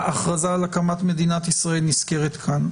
שההכרזה על הקמת מדינת ישראל נזכרת כאן.